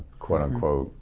quote unquote,